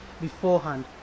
beforehand